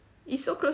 it's so close